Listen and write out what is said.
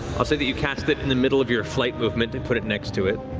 i'll say that you cast it in the middle of your flight movement and put it next to it.